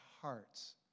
hearts